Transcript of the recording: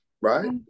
Right